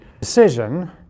decision